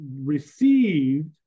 received